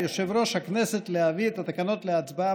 על יושב-ראש הכנסת להביא את התקנות להצבעה